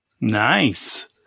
Nice